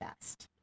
best